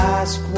ask